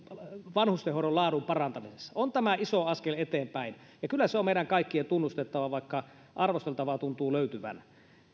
vanhustenhoidon laadun parantamisessa on tämä iso askel eteenpäin ja kyllä se on meidän kaikkien tunnustettava vaikka arvosteltavaa tuntuu löytyvän